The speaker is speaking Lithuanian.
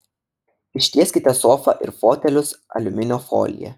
ištieskite sofą ir fotelius aliuminio folija